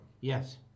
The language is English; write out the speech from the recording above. Yes